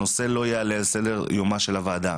הנושא לא יעלה על סדר יומה של הוועדה.